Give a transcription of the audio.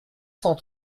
cent